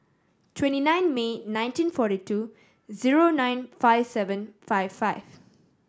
twenty nine May nineteen forty two zero nine five seven five five